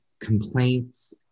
complaints